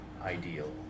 ideal